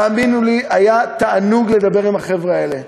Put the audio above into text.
תאמינו לי, היה תענוג לדבר עם החבר'ה האלה.